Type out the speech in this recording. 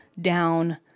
down